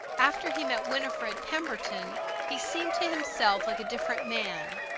after he met winifred pemberton he seemed to himself like a different man.